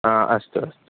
अ अस्तु अस्तु